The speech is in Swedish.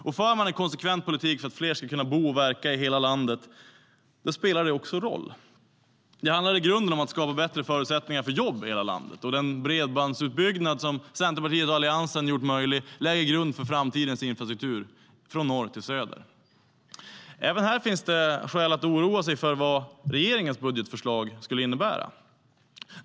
En konsekvent politik för att fler ska kunna bo och verka i hela landet spelar också en roll. Det handlar i grunden om att skapa bättre förutsättningar för jobb i hela landet. Den bredbandsutbyggnad som Centerpartiet och Alliansen gjort möjlig lägger grunden för framtidens infrastruktur från norr till söder. Även här finns skäl att oroa sig för vad regeringens budgetförslag skulle innebära.